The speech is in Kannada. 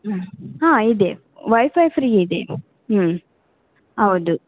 ಹ್ಞೂ ಹಾಂ ಇದೆ ವೈಫೈ ಫ್ರೀ ಇದೆ ಹ್ಞೂ ಹೌದು